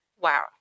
Wow